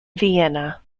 vienna